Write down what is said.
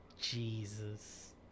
Jesus